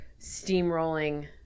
steamrolling